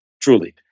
truly